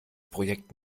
projekt